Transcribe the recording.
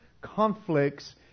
conflicts